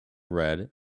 red